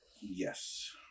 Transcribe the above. Yes